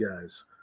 guys